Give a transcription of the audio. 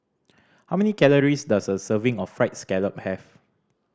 how many calories does a serving of Fried Scallop have